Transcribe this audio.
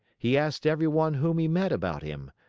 he asked everyone whom he met about him,